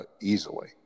easily